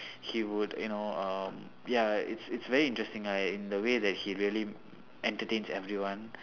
he would you know um ya it's it's very interesting ah in the way that he really entertains everyone